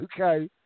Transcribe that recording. Okay